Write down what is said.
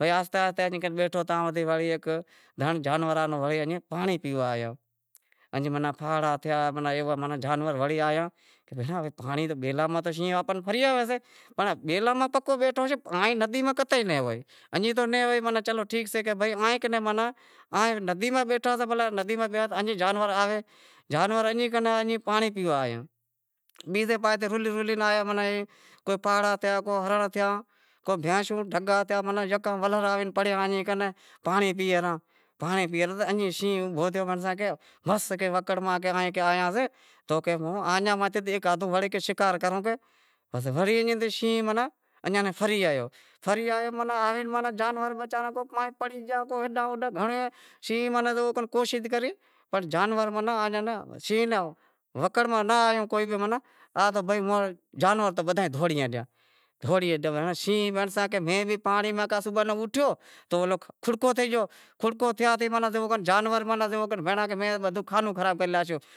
بئی آہستے آہستے ایئں کرے بیٹھو تو ہیک دھنڑ جانوراں رو ایئں پانڑی پیوا آیا ۔ این ماناں پھاڑا تھیا مانا ایوا جانور وڑے آیا کہ ہینڑاں بیلاں ماہ تو شینہں آپان ناں فری آوشے پر بیلاں ماں تو بیٹھو ہوشے پنڑ ندی ماہ قظعی ناں ہووے، چلو ٹھیک سئے شینہں ندی ماہ بیٹھا سئے کہ بھلا کو جانور آوے، پانڑی پیوا آیو بیزے پاہسے رلے رلے آیا ماناں کو پھاڑا تھیا کو ہنرنڑ تھیا کو بھینشوں ڈھگا تھیا مناں یکا ولر آئے پڑیا ایئں کن مس شینہں بولیو کہ مس ایئں وکڑ ماہ آیا سئے ایئاں ماہ کو ہیک آدہو شیکار کروں پسے وڑی شینہں مناں ایئاں ناں فری آیو، فری آیو تو جانور وچارا کو دہوڑیا کو ایڈاں اوڈاں شینہں جووکر کوشش کری پر جانور ماناں شینہں ناں وکڑ ماں نا آیا مناں جانور تو بدہا ئی دہونڑیے گیا شینہں کیدہو کہ میں بھی مس پانڑی ماہ اوٹھیو کھڑکو تھئی گیو تو میں بدہو خانو خراب کرے لادو۔